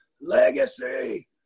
legacy